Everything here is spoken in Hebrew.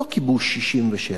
לא כיבוש 67'